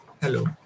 hello